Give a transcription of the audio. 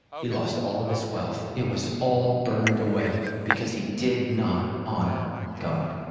he lost all of his wealth, it was all burned away because he did not honor god.